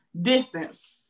Distance